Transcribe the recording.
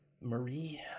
Marie